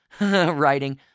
Writing